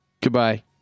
Goodbye